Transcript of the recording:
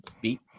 beat